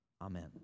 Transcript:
Amen